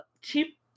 cheap